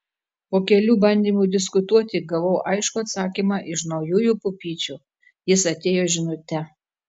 po kelių bandymų diskutuoti gavau aiškų atsakymą iš naujųjų pupyčių jis atėjo žinute